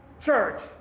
church